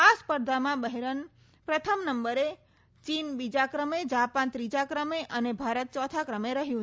આ સ્પર્ધામાં બહેરન પ્રથમ નંબરે ચીન બીજા ક્રમે જાપાન ત્રીજા ક્રમે અને ભારત ચોથા ક્રમે રહ્યું છે